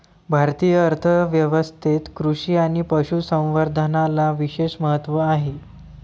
भारतीय अर्थ व्यवस्थेत कृषी आणि पशु संवर्धनाला विशेष महत्त्व आहे